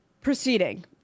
proceeding